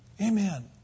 Amen